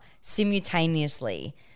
simultaneously